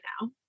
now